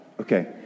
Okay